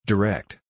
Direct